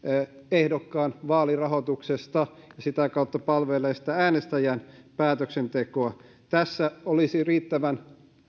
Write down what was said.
ehdokkaan vaalirahoituksesta ja sitä kautta se palvelee sitä äänestäjän päätöksentekoa tässä olisi riittävän